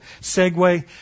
segue